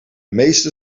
meeste